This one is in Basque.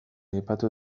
aipatu